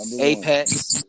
Apex